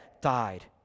died